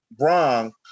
Wrong